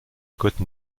côte